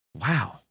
wow